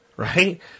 Right